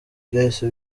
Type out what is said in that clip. byahise